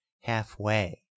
half-way